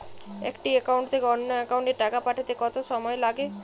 একটি একাউন্ট থেকে অন্য একাউন্টে টাকা পাঠাতে কত সময় লাগে?